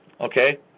okay